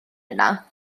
yna